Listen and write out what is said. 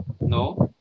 no